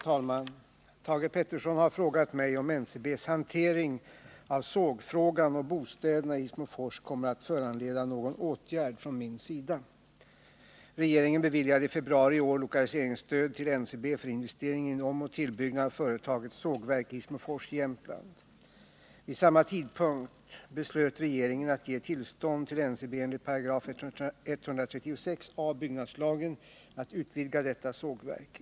Herr talman! Thage Peterson har frågat mig om NCB:s hantering av sågfrågan och bostäderna kommer att föranleda någon åtgärd från min sida. Regeringen beviljade i februari i år lokaliseringsstöd till NCB för investering i en omoch tillbyggnad av företagets sågverk i Hissmofors, Jämtland. Vid samma tidpunkt beslöt regeringen att ge tillstånd till NCB enligt 136 a § byggnadslagen att utvidga detta sågverk.